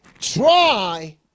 try